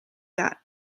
that